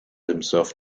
himself